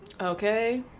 Okay